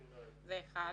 זה אחד,